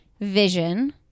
vision